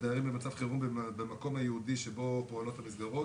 לדיירים במצב חירום במקום הייעודי שבו פועלות המסגרות,